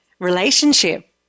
Relationship